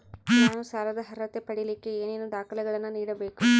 ನಾನು ಸಾಲದ ಅರ್ಹತೆ ಪಡಿಲಿಕ್ಕೆ ಏನೇನು ದಾಖಲೆಗಳನ್ನ ನೇಡಬೇಕು?